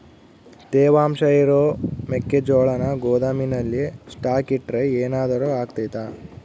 ತೇವಾಂಶ ಇರೋ ಮೆಕ್ಕೆಜೋಳನ ಗೋದಾಮಿನಲ್ಲಿ ಸ್ಟಾಕ್ ಇಟ್ರೆ ಏನಾದರೂ ಅಗ್ತೈತ?